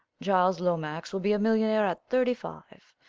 charles lomax will be a millionaire at thirty five.